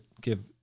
give